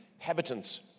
inhabitants